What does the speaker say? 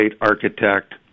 architect